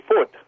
foot